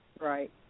right